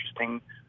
interesting